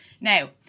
Now